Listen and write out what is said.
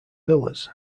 villas